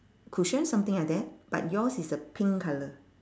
cushion something like that but yours is a pink colour